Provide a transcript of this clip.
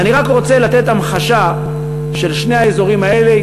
אז אני רק רוצה לתת המחשה של שני האזורים האלה.